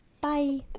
bye